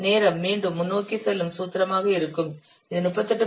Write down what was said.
நேரம் மீண்டும் முன்னோக்கி செல்லும் சூத்திரமாக இருக்கும் இது 38